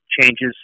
changes